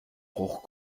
bruch